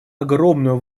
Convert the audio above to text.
огромную